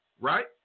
right